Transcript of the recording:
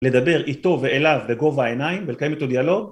לדבר איתו ואליו בגובה העיניים ולקיים איתו דיאלוג